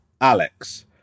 Alex